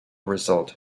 result